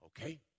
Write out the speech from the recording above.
Okay